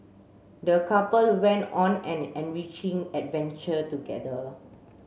the couple went on an enriching adventure together